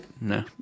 No